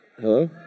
Hello